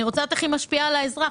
אני רוצה לדעת איך היא משפיעה על האזרח,